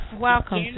Welcome